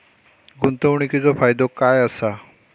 गुंतवणीचो फायदो काय असा?